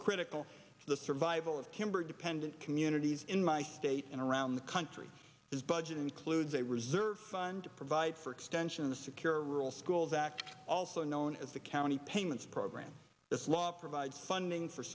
critical to the survival of kimber dependent communities in my state and around the country his budget includes a reserve fund provide for extension of the secure rural schools act also known as the county payments program this law provides funding for